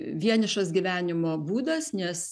vienišas gyvenimo būdas nes